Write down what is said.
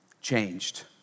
changed